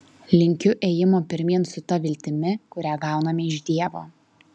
linkiu ėjimo pirmyn su ta viltimi kurią gauname iš dievo